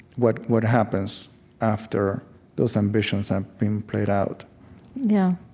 what what happens after those ambitions have been played out yeah